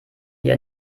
wir